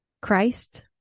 Christ